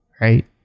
right